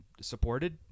supported